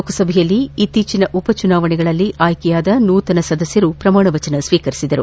ಲೋಕಸಭೆಯಲ್ಲಿ ಇತ್ತೀಚಿನ ಉಪ ಚುನಾವಣೆಗಳಲ್ಲಿ ಆಯ್ಕೆಯಾದ ತಬಸುಮ್ ಬೇಗಂ ಪ್ರಮಾಣವಚನ ಸ್ಟೀಕರಿಸಿದರು